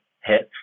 hits